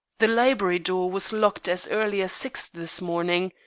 the library door was locked as early as six this morning,